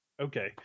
Okay